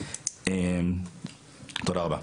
תודה רבה.